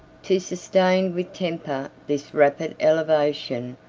to sustain with temper this rapid elevation,